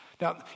Now